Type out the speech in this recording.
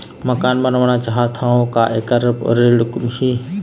मकान बनवाना चाहत हाव, का ऐकर बर कोई ऋण हे?